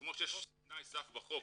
כמו שיש תנאי סף בחוק,